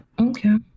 Okay